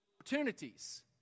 opportunities